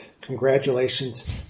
Congratulations